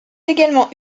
également